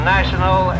National